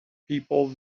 people